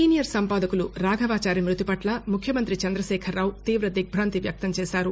senior సంపాదకులు రాఘవచారి మృతిపట్ల ముఖ్యమంతి చంద్రశేఖర్రావు తీవ దిగ్బాంతి వ్యక్తం చేశారు